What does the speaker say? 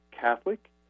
Catholic